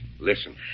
Listen